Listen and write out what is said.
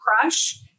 crush